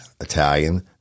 Italian